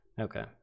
Okay